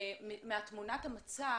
מתמונת המצב,